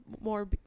more